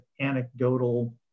anecdotal